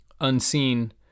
unseen